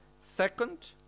Second